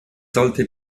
sollte